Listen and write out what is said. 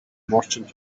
merchant